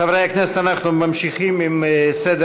חברי הכנסת, אנחנו ממשיכים בסדר-היום.